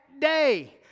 day